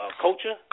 culture